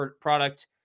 product